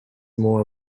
more